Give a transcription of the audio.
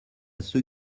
ceux